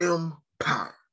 Empire